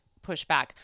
pushback